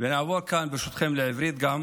נעבור כאן ברשותכם גם לעברית,